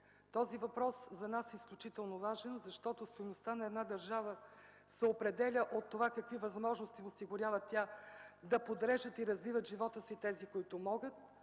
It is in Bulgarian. Този въпрос за нас е изключително важен, защото стойността на една държава се определя от това какви възможности осигурява тя да подреждат и развиват живота си тези, които могат,